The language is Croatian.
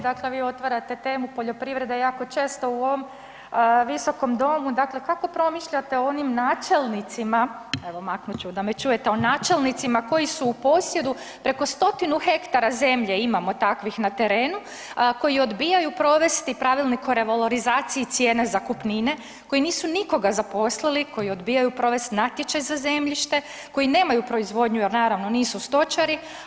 Dakle, vi otvarate temu poljoprivrede jako često u ovom Visokom domu, dakle kako promišljate o onim načelnicima, evo maknut da me čujete, o načelnicima koji su u posjedu preko stotinu hektara zemlje, imamo takvih na terenu, koji odbijaju provesti pravilnik o revalorizaciji cijene zakupnine, koji nisu nikoga zaposlili, koji odbijaju provest natječaj za zemljište, koji nemaju proizvodnju jer naravno nisu stočari?